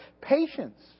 Patience